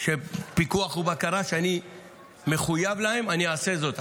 של פיקוח ובקרה שאני מחויב להם, אני אעשה זאת.